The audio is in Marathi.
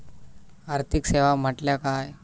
आर्थिक सेवा म्हटल्या काय?